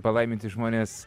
palaiminti žmonės